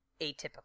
atypical